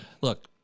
Look